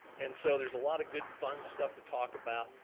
and so there's a lotta good fun stuff to talk about.